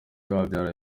wabyara